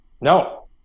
No